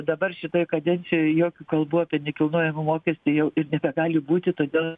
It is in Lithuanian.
dabar šitoj kadencijoj jokių kalbų apie nekilnojamą mokestį jau ir nebegali būti todėl